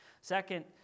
Second